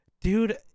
dude